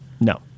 No